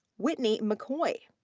whitney mccoy.